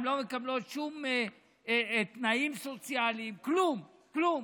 הן לא מקבלות שום תנאים סוציאליים, כלום, כלום.